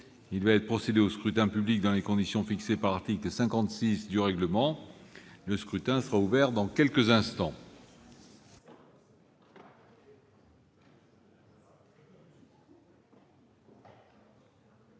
Il va être procédé au scrutin dans les conditions fixées par l'article 56 du règlement. Le scrutin est ouvert. Personne ne demande